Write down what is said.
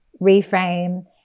reframe